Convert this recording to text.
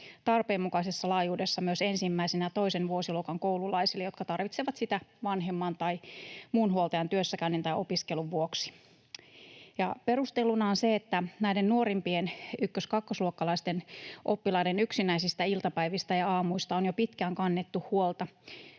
tarpeenmukaisessa laajuudessa myös ensimmäisen ja toisen vuosiluokan koululaisille, jotka tarvitsevat sitä vanhemman tai muun huoltajan työssäkäynnin tai opiskelun vuoksi. Perusteluna on se, että näiden nuorimpien, ykkös-, kakkosluokkalaisten, oppilaiden yksinäisistä iltapäivistä ja aamuista on jo pitkään kannettu huolta.